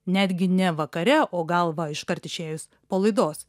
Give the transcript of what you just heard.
netgi ne vakare o gal va iškart išėjus po laidos